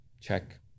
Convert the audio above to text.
check